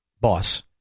boss